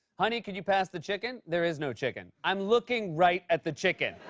honey, can you pass the chicken? there is no chicken. i'm looking right at the chicken.